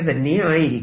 തന്നെയായിരിക്കും